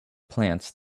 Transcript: plants